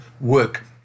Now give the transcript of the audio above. work